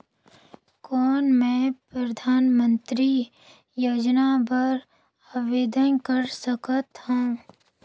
कौन मैं परधानमंतरी योजना बर आवेदन कर सकथव?